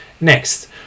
Next